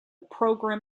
program